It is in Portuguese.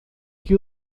que